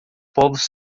povos